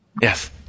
Yes